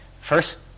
first